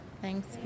Thanks